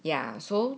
ya so